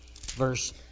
verse